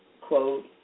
quote